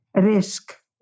risk